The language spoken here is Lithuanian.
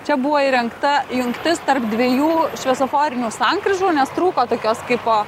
čia buvo įrengta jungtis tarp dviejų šviesoforinių sankryžų nes trūko tokios kaipo